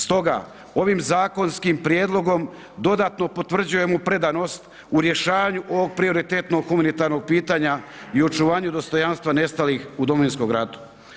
Stoga, ovim zakonskim prijedlogom dodatno potvrđujemo predanost u rješavanju ovog prioritetnog humanitarnog pitanja i očuvanju dostojanstva nestalih u Domovinskom ratu.